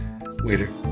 Waiter